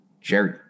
Jerry